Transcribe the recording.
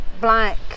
black